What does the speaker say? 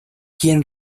quien